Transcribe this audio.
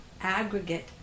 aggregate